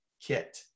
kit